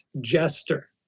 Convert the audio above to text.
jester